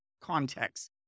context